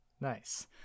Nice